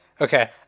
okay